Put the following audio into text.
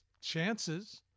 chances